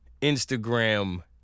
Instagram